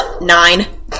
Nine